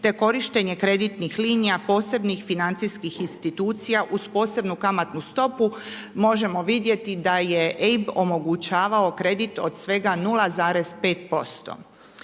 te korištenje kreditnih linija, posebnih financijskih institucija uz posebnu kamatnu stopu. Možemo vidjeti da je EIB omogućavao kredit od svega 0,5%.